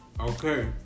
Okay